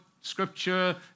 scripture